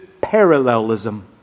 Parallelism